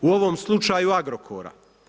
U ovom slučaju Agrokora.